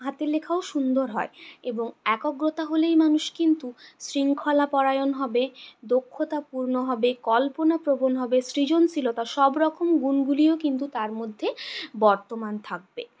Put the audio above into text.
হাতের লেখাও সুন্দর হয় এবং একাগ্রতা হলেই মানুষ কিন্তু শৃঙ্খলাপরায়ণ হবে দক্ষতাপূর্ণ হবে কল্পনাপ্রবণ হবে সৃজনশীলতা সবরকম গুণগুলিও কিন্তু তার মধ্য়ে বর্তমান থাকবে